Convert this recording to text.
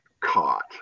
caught